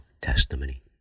testimony